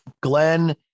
Glenn